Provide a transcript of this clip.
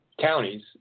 counties